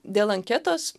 dėl anketos